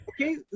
okay